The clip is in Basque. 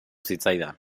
zitzaidan